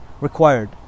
required